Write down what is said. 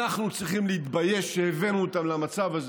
אנחנו רואים היטב מה קורה באוקראינה.